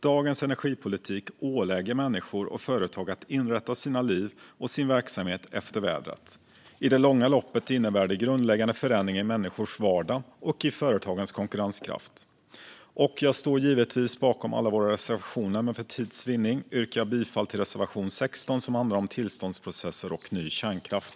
Dagens energipolitik ålägger människor och företag att inrätta sina liv och sin verksamhet efter vädret. I det långa loppet innebär detta grundläggande förändringar i människors vardag och i företagens konkurrenskraft. Jag står givetvis bakom alla våra reservationer, men för tids vinning yrkar jag bifall endast till reservation 16, som handlar om tillståndsprocesser och ny kärnkraft.